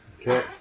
Okay